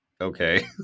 okay